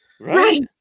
Right